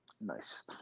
nice